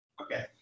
Okay